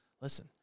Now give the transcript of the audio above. listen